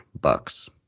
bucks